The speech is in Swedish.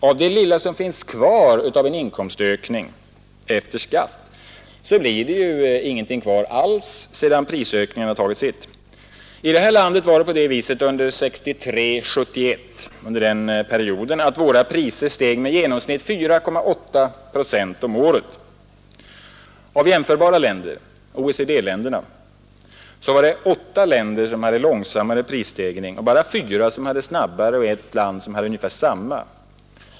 Av det lilla som finns kvar av inkomstökningar efter skatt blir det inget alls över sedan priserna stigit. Under perioden 1963-1971 steg våra priser med 4,8 procent i genomsnitt per år. Av jämförbara länder inom OECD hade åtta långsammare prisstegringar, fyra snabbare och ett land samma prisstegringar som vi.